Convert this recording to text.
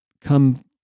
come